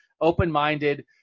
open-minded